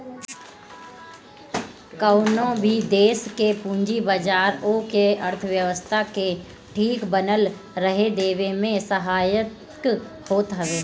कवनो भी देस के पूंजी बाजार उहा के अर्थव्यवस्था के ठीक बनल रहे देवे में सहायक होत हवे